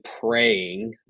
praying